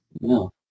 no